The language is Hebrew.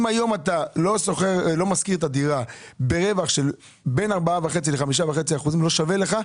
אם היום אתה לא משכיר את הדירה ברווח של בין 4.5% ל-5.5% לא שווה לך.